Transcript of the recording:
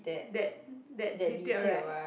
that that detail right